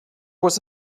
was